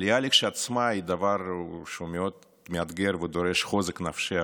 עלייה כשלעצמה היא דבר שהוא מאוד מאתגר ודורש חוזק נפשי,